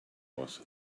was